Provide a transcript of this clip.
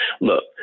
Look